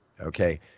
Okay